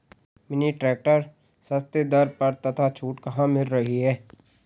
Mini tractor सस्ते दर पर तथा छूट कहाँ मिल रही है?